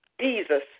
Jesus